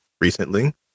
recently